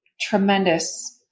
tremendous